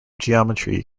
geometry